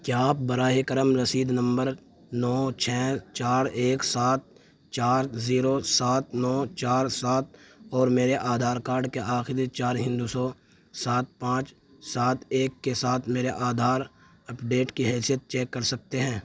کیا آپ براہ کرم رسید نمبر نو چھ چار ایک سات چار زیرو سات نو چار سات اور میرے آدھار کارڈ کے آخری چار ہندسوں سات پانچ سات ایک کے ساتھ میرے آدھار اپڈیٹ کی حیثیت چیک کر سکتے ہیں